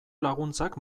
laguntzak